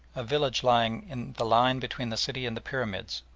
a village lying in the line between the city and the pyramids,